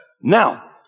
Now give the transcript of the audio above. Now